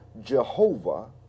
Jehovah